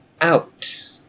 out